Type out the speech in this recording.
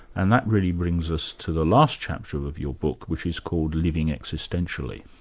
and that really brings us to the last chapter of of your book, which is called living existentially.